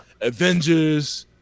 Avengers